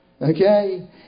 Okay